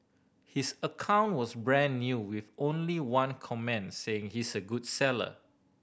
his account was brand new with only one comment saying he's a good seller